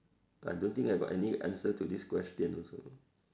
I don't think I got any answer to this question also